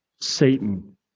Satan